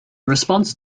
response